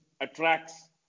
attracts